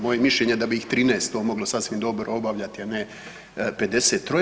Moje mišljenje je da bih ih 13 to moglo sasvim dobro obavljati, a ne 53-oje.